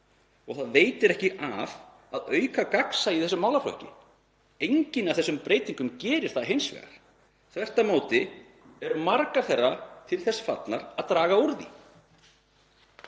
og það veitir ekki af að auka gagnsæi í þessum málaflokki. Engin af þessum breytingum gerir það hins vegar. Þvert á móti eru margar þeirra til þess fallnar að draga úr því.